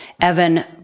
Evan